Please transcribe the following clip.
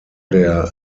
der